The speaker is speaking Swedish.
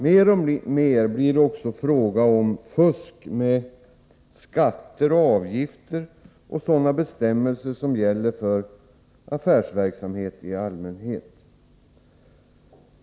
Mer och mer blir det också fråga om fusk med skatter och avgifter och brott mot sådana bestämmelser som gäller affärsverksamhet i allmänhet.